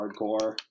hardcore